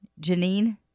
Janine